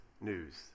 news